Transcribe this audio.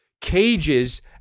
cages